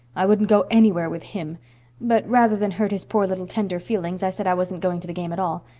i wouldn't go anywhere with him but rather than hurt his poor little tender feelings i said i wasn't going to the game at all.